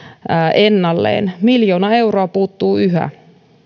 ennalleen miljoona euroa puuttuu yhä